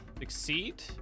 exceed